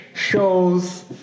shows